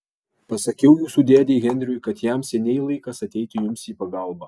pasakiau jūsų dėdei henriui kad jam seniai laikas ateiti jums į pagalbą